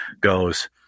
goes